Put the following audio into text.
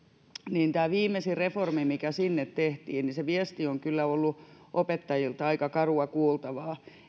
niin tästä viimeisimmästä reformista mikä sinne tehtiin se viesti on kyllä ollut opettajilta aika karua kuultavaa